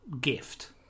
gift